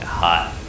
hot